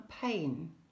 pain